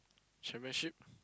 Championship